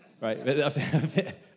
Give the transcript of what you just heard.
right